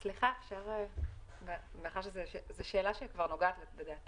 סליחה, זאת כבר השאלה שבה דנה